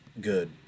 good